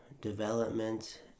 development